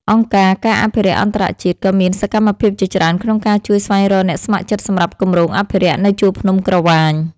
អង្គការ ការអភិរក្សអន្តរជាតិ ក៏មានសកម្មភាពជាច្រើនក្នុងការជួយស្វែងរកអ្នកស្ម័គ្រចិត្តសម្រាប់គម្រោងអភិរក្សនៅជួរភ្នំក្រវាញ។